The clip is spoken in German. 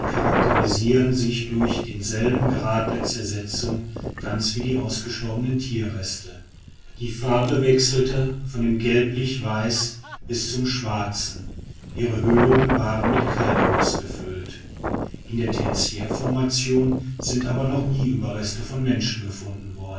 charakerisierten sich durch denselben grad der zersetzung ganz wie die ausgestorbener tierreste die farbe wechselte von dem gelblichweißen bis zum schwarzen ihre höhlungen waren mit kalk ausgefüllt in der tertiärformation sind aber noch nie überreste von menschen gefunden